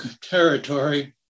territory